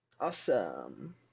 awesome